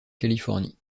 californie